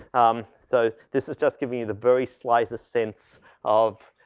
um, so this is just giving you the very slices sense of,